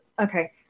okay